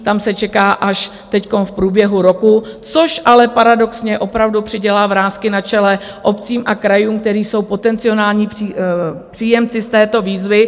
Tam se čeká až teď v průběhu roku, což ale paradoxně opravdu přidělá vrásky na čele obcím a krajům, které jsou potenciálními příjemci z této výzvy.